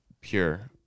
pure